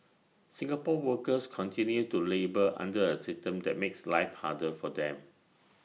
Singapore's workers continue to labour under A system that makes life harder for them